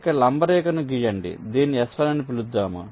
ఇక్కడ లంబ రేఖను గీయండి దీన్ని S1 అని పిలుదాము